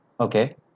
Okay